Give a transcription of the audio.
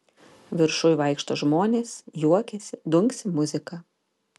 viršuj vaikšto žmonės juokiasi dunksi muzika